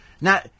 Now